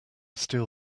steel